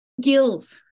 gills